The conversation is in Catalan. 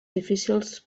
difícils